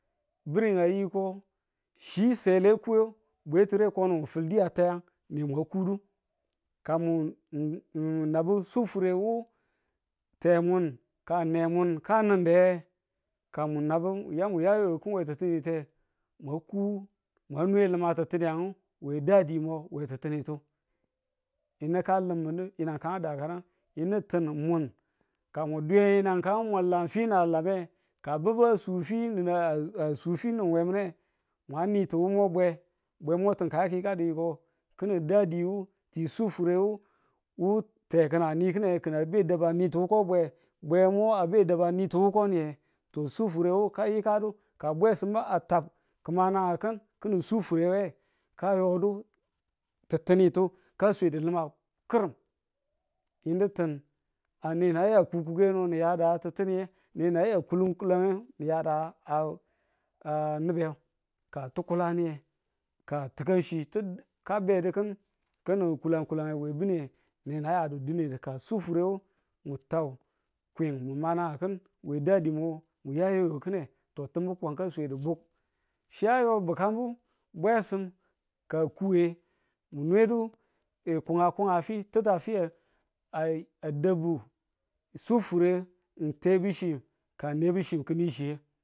bi̱ri a yiko chi sele kowe bwe ti̱re kono ng fil di a tiyang ne ma kudu ka mun n- n- n- nabu sufurewu temun ka nemun kani̱n de ka mun nabu muya mu yayeyu ki̱n we ti̱ttinite mwa ku mwa ne li̱mang ti̱ttiniyang we dadimo we tịtinitu yinu ka li̱mundu yinang kandaki̱nan yinu tin mwun ka mu dwiye nan kan wan lan fi na lame ka bi̱bu a su fi ni su fi ne bwe, bwemu ti wumo bwe bwemu tin ka yaki̱ yikayikong ki̱nin dadiwu ti sufurewu wu teki̱ne a ni ki̱ne a be a daban a ni ti wuko bwe, bwe mu a be daban a ni ti wuko ni ye to sufure wu ka yikadu ka bwesimu a tank ki̱mananki̱n ki̱nin sufure wuye kayodu ti̱ttinitu ka swedu limang ki̱rim yinu tin ka nenaya kukude no niyade we ti̱ttinitang ne na ya kulon kulange ne niya da a- a nubuyang ka tukulani ka ti̱kanchi t- ka bedu ki̱n ki̱nin kulang kulang we bi̱ne. nena yadu dine ka sufure wu ni twa kwen nima nagang ki̱n we dadi mo mu ya yeyukine to ti̱mi kwan ka swedu buk chi ayo bukamu bwesin ka a kuye mune du a kuma kumafe ti̱ttu a fiye a- a dabu sufure ng tebuchi ka nebuchi ki̱ni chiye